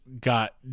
got